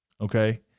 Okay